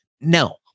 No